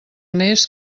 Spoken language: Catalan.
més